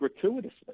gratuitously